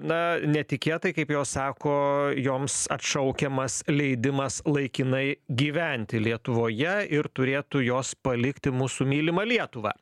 na netikėtai kaip jos sako joms atšaukiamas leidimas laikinai gyventi lietuvoje ir turėtų jos palikti mūsų mylimą lietuvą